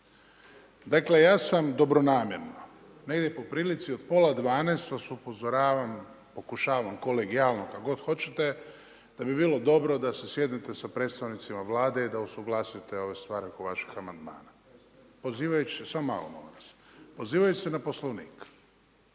Dakle ja sam dobronamjerno, negdje po prilici od pola 12 vas upozoravam pokušavam kolegijalno, kako god hoćete, da bi bilo dobro sjednete sa predstavnicima Vlade i da usuglasite ove stvari oko vaših amandmana. Pozivajući se, samo malo, molim vas, pozivajući se na Poslovnik,